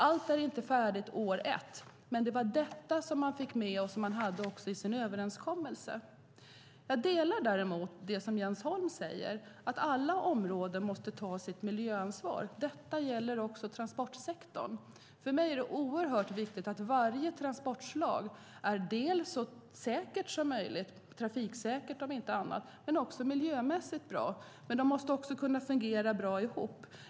Allt är inte färdigt år 1, men det var detta som man fick med i överenskommelsen. Jag instämmer dock i det som Jens Holm säger om att alla områden måste ta sitt miljöansvar. Det gäller också transportsektorn. För mig är det oerhört viktigt att varje transportslag är dels så säkert som möjligt, och då inte minst trafiksäkert, dels miljömässigt bra. De måste dock också kunna fungera bra ihop.